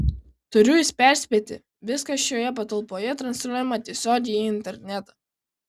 turiu jus perspėti viskas šioje patalpoje transliuojama tiesiogiai į internetą